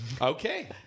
Okay